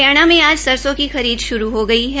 हरियाणा में आज सरसों की खरीद शुरू हो गई है